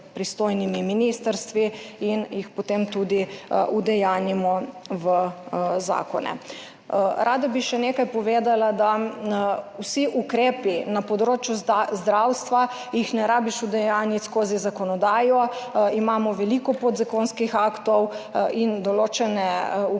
pristojnimi ministrstvi in jih potem tudi udejanjimo v zakone. Rada bi še nekaj povedala, da vseh ukrepov na področju zdravstva ni treba udejanjiti skozi zakonodajo, imamo veliko podzakonskih aktov, in za določene ukrepe